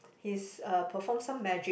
he's uh perform some magic